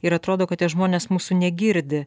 ir atrodo kad tie žmonės mūsų negirdi